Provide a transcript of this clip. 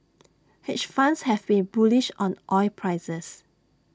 hedge funds have been bullish on oil prices